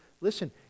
Listen